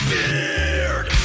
Beard